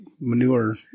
manure